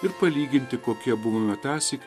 ir palyginti kokie buvome tąsyk